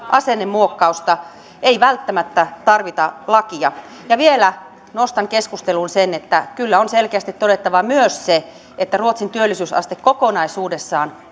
asennemuokkausta ei välttämättä tarvita lakia ja vielä nostan keskusteluun sen että kyllä on selkeästi todettava myös se että ruotsin työllisyysaste kokonaisuudessaan